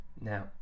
Now